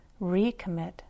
recommit